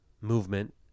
movement